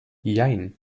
jein